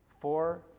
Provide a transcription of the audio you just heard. four